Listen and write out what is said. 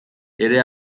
ere